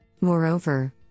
Moreover